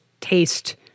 taste